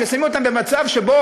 שמים אותם במצב שבו,